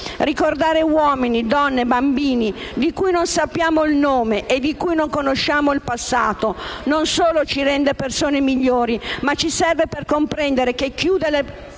Ricordare uomini, donne, bambini, di cui non sappiamo il nome e di cui non conosciamo il passato, non solo ci rende persone migliori, ma ci serve per comprendere che chiudere le porte